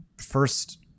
First